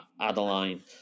Adeline